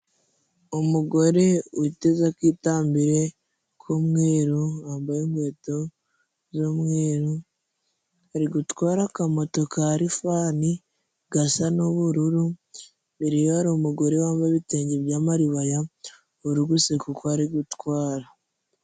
Umugore witeze akitambire k'umweru wambaye inkweto z'umweru, ari gutwara akamoto ka rifani gasa n'ubururu imbere ye hari umugore wambaye ibitenge by'amaribaya uri guseka uko ari gutwara.